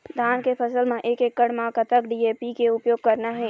धान के फसल म एक एकड़ म कतक डी.ए.पी के उपयोग करना हे?